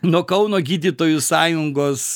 nuo kauno gydytojų sąjungos